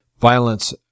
violence